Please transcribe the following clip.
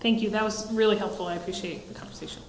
thank you that was really helpful i appreciate the conversation